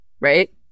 right